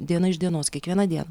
diena iš dienos kiekvieną dieną